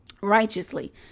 Righteously